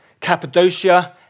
Cappadocia